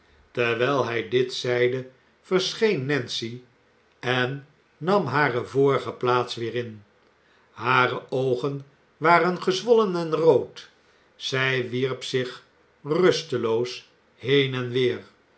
terwijl hij dit zeide verscheen nancy en nam hare vorige plaats weer in hare oogen waren gezwollen en rood zij wierp zich rusteloos heen en weer